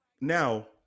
Now